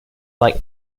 like